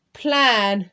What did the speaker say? plan